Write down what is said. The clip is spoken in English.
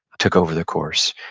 took over the course.